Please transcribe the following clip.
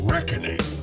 Reckoning